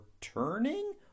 turning